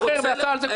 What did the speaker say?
ועשה על זה קופה.